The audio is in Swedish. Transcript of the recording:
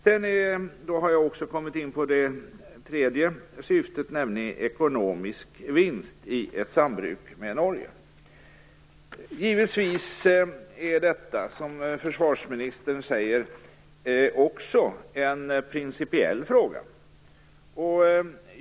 Därmed har jag kommit in på det tredje syftet med interpellationen, nämligen frågan om ekonomisk vinst vid sambruk med Norge. Givetvis är det, som försvarsministern säger, också en principiell fråga.